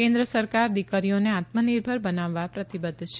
કેન્દ્ર સરકાર દિકરીઓને આત્મનિર્ભર બનાવવા પ્રતિબધ્ધ છે